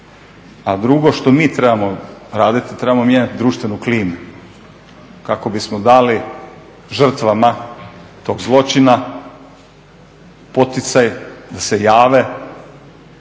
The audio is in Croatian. A drugo što mi trebamo raditi, trebamo mijenjati društvenu klimu kako bismo dali žrtvama tog zločina poticaj da se jave,